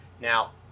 Now